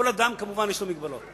כל אדם כמובן יש לו מגבלות,